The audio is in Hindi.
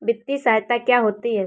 वित्तीय सहायता क्या होती है?